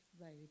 Road